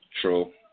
True